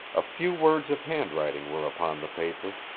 a few words of handwriting were upon the paper,